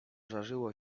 żarzyło